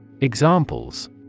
Examples